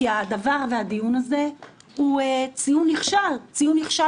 כי הדיון הזה הוא ציון נכשל ציון נכשל